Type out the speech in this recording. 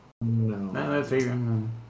no